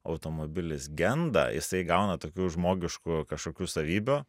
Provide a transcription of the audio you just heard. automobilis genda jisai įgauna tokių žmogiškų kažkokių savybių